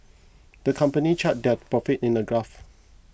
the company charted their profits in a graph